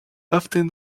often